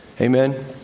Amen